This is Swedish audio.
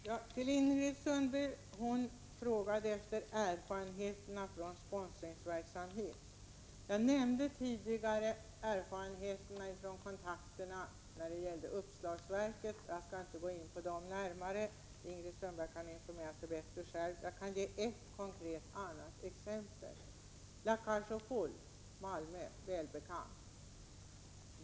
Fru talman! Ingrid Sundberg frågade efter erfarenheterna från sponsringsverksamhet. Jag nämnde tidigare erfarenheterna av kontakterna rörande uppslagsverket. Jag skall inte gå in på dem närmare. Ingrid Sundberg kan informera sig bättre själv. Jag kan ge ett annat konkret exempel: La cage aux folles — välbekant uppsättning i Malmö.